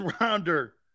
rounder